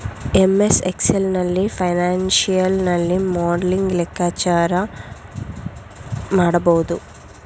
MS Excel ನಲ್ಲಿ financial ನಲ್ಲಿ modelling ಲೆಕ್ಕಾಚಾರ ಮಾಡಬಹುದು